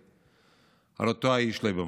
המזלג באותו האיש ליברמן.